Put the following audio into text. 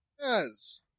Yes